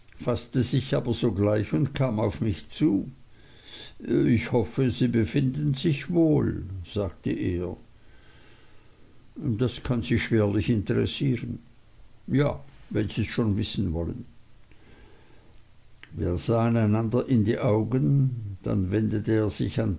sich aber sogleich und kam auf mich zu ich hoffe sie befinden sich wohl sagte er das kann sie schwerlich interessieren ja wenn sies schon wissen wollen wir sahen einander in die augen dann wendete er sich an